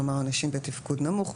כלומר אנשים בתפקוד נמוך,